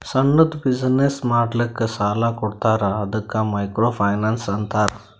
ಸಣ್ಣುದ್ ಬಿಸಿನ್ನೆಸ್ ಮಾಡ್ಲಕ್ ಸಾಲಾ ಕೊಡ್ತಾರ ಅದ್ದುಕ ಮೈಕ್ರೋ ಫೈನಾನ್ಸ್ ಅಂತಾರ